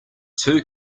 two